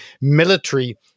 military